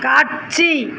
காட்சி